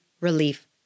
relief